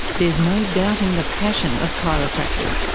there is no doubting the passion of chiropractors,